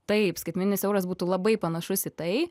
taip skaitmeninis euras būtų labai panašus į tai